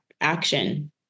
action